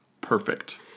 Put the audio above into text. perfect